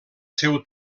seu